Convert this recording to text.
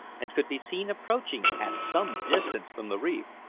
and could be seen approaching at some distance from the reef.